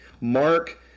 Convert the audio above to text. Mark